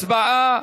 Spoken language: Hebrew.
הצבעה